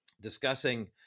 discussing